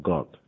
God